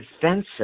defensive